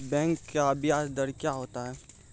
Bank का ब्याज दर क्या होता हैं?